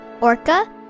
orca